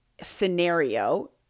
scenario